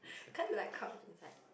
can't you like crouch inside